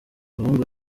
abahungu